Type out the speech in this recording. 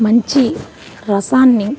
మంచి రసాన్ని